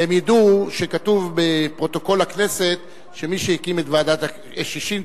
הם ידעו שכתוב בפרוטוקול הכנסת שמי שהקים את ועדת-ששינסקי,